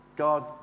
God